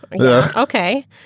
Okay